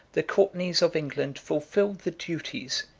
the courtenays of england fulfilled the duties,